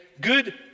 good